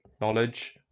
knowledge